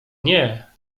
nie